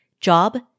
job